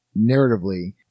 narratively